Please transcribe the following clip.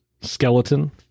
skeleton